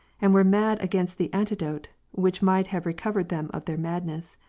and were mad against the antidote, which might have recovered them of their madness.